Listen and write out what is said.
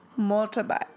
Motorbike